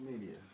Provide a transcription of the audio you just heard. media